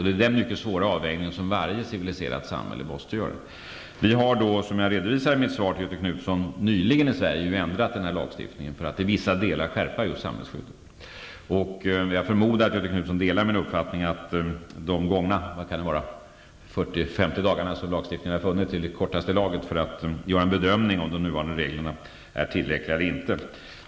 Det är den svåra avvägningen som varje civiliserat samhälle måste göra. Vi har, som jag redovisade i mitt svar till Göthe Knutson, nyligen ändrat lagstiftningen i Sverige för att i vissa delar skärpa samhällsskyddet. Jag förmodar att Göthe Knutson delar min uppfattning att de gångna 40 dagar som lagstiftningen varit i kraft är i kortaste laget för att göra en bedömning av om de nuvarande reglerna är tillräckliga eller inte.